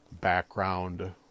background